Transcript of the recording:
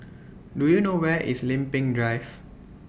Do YOU know Where IS Lempeng Drive